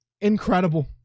Incredible